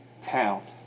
town